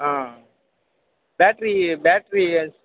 ah battery battery